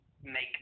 make